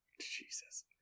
Jesus